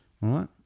right